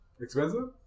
Expensive